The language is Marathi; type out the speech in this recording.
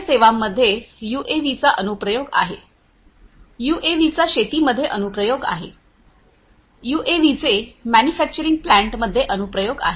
आरोग्य सेवांमध्ये यूएव्हीचा अनुप्रयोग आहे युएव्हीचा शेतीमध्ये अनुप्रयोग आहेत युएव्हीचे मॅन्युफॅक्चरिंग प्लांटमध्ये अनुप्रयोग आहेत